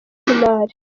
cy’imari